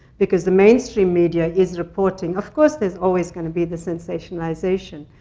because the mainstream media is reporting. of course there's always going to be the sensationalization.